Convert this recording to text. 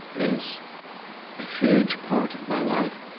is a huge part of my life.